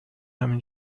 همین